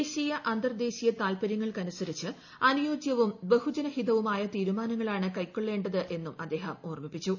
ദേശീയ അന്തർദേശീയ താൽപരൃങ്ങൾക്കനുസരിച്ച് അനുയോജ്യവും ബഹുജനഹിതവും ആയ തീരുമാനങ്ങളാണ് കൈക്കൊള്ളേണ്ടത് എന്നും അദ്ദേഹം ഓർമ്മിപ്പിച്ചു